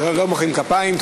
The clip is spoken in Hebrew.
לא מוחאים כפיים.